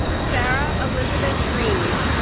sara elizabeth green